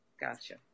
Gotcha